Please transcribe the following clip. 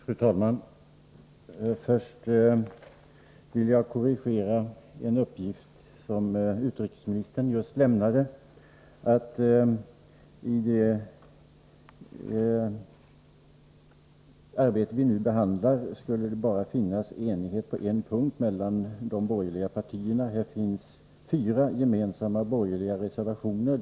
Fru talman! Först vill jag korrigera en uppgift som utrikesministern just lämnade, nämligen att det i det betänkande som vi nu behandlar bara skulle finnas enighet mellan de borgerliga partierna på en punkt. Här finns fyra gemensamma borgerliga reservationer.